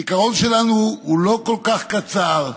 הזיכרון שלנו לא כל כך קצר.